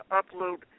upload